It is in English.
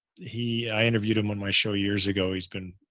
he, i interviewed him on my show years ago. he's been,